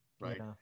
Right